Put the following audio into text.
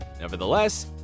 Nevertheless